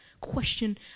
question